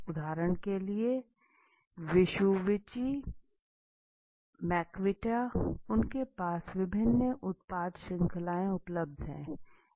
उदाहरण के लिए विशुविची मैकविटा उनके पास विभिन्न उत्पाद श्रृंखलाएं उपलब्ध हैं